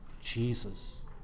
Jesus